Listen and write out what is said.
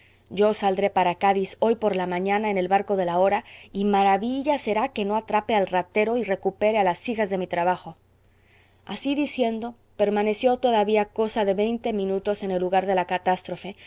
yo saldré para cádiz hoy por la mañana en el barco de la hora y maravilla será que no atrape al ratero y recupere a las hijas de mi trabajo así diciendo permaneció todavía cosa de veinte minutos en el lugar de la catástrofe